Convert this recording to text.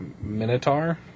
Minotaur